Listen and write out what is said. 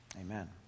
Amen